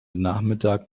nachmittag